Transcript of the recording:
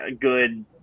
good